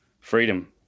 Freedom